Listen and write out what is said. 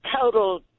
total